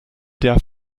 der